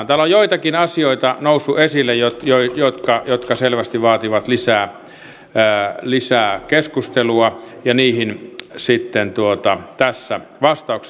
täällä on joitakin asioita noussut esille jotka selvästi vaativat lisää keskustelua ja niihin sitten tässä vastauksia